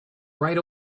right